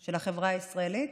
של החברה הישראלית.